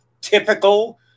typical